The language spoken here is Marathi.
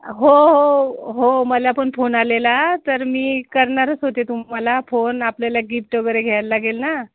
हो हो हो मला पण फोन आलेला तर मी करणारच होते तुम्हाला फोन आपल्याला गिफ्ट वगैरे घ्यायला लागेल ना